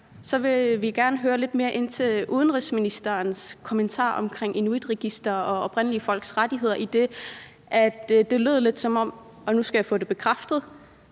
vil vi gerne spørge lidt mere ind til udenrigsministerens kommentar om et inuitregister og oprindelige folks rettigheder, idet det lød lidt, som om – og nu skal jeg få det bekræftet